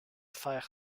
fer